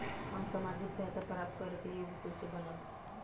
हम सामाजिक सहायता प्राप्त करे के योग्य कइसे बनब?